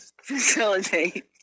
facilitate